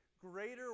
Greater